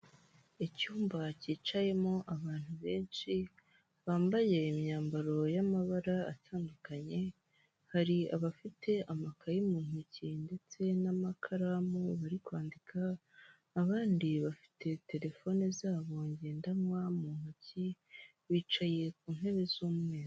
Icyumba cyicayemo abantu beshi, bambaye imyambaro y'amabara agiye atandukanye, hari afafite amakayi n'amakaramu, abandi bafite terefone ngendanwa zabo munoki, bicaye ku nebe zifie amabara y'umweru.